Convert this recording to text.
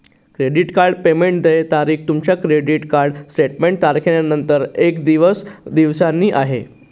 credit card payment देय तारीख तुमच्या क्रेडिट कार्ड स्टेटमेंट तारखेनंतर एकवीस दिवसांनी आहे